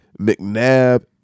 McNabb